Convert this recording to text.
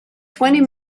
twenty